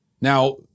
now